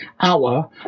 hour